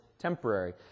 Temporary